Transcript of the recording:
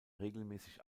regelmäßig